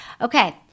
Okay